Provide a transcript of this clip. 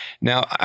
Now